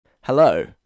hello